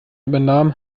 übernahm